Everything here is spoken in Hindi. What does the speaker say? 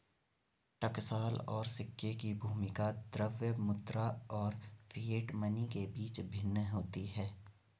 टकसाल और सिक्के की भूमिका द्रव्य मुद्रा और फिएट मनी के बीच भिन्न होती है